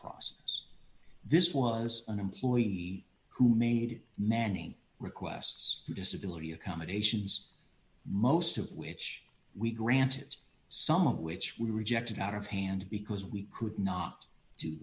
process this was an employee who made many requests to disability accommodations most of which we granted some of which we rejected out of hand because we could not do